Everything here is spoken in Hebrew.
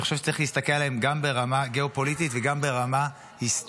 אני חושב שצריך להסתכל עליהם גם ברמה גיאופוליטית וגם ברמה היסטורית.